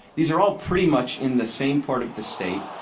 these are all pretty much in the same part of the state.